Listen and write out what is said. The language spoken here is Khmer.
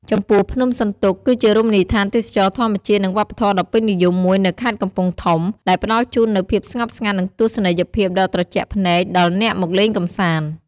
ចំពោះភ្នំសន្ទុក គឺជារមណីយដ្ឋានទេសចរណ៍ធម្មជាតិនិងវប្បធម៌ដ៏ពេញនិយមមួយនៅខេត្តកំពង់ធំ ដែលផ្តល់ជូននូវភាពស្ងប់ស្ងាត់និងទស្សនីយភាពដ៏ត្រជាក់ភ្នែកដល់អ្នកមកលេងកំសាន្ដ។